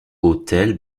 autels